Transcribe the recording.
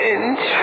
Inch